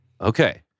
Okay